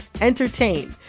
entertain